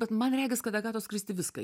bet man regis kad agatos kristi viską